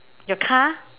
your car